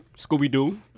Scooby-Doo